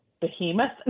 behemoth